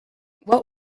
what